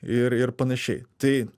ir ir panašiai tai